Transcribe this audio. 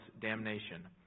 damnation